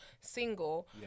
single